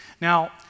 Now